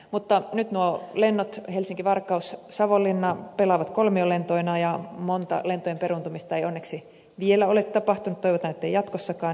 mutta nyt nuo lennot helsinkivarkaussavonlinna pelaavat kolmiolentoina ja montaa lentojen peruuntumista ei onneksi vielä ole tapahtunut toivotaan ettei jatkossakaan